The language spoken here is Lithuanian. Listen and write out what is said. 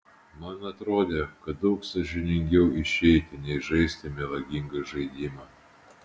man atrodė kad daug sąžiningiau išeiti nei žaisti melagingą žaidimą